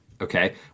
Okay